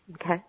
Okay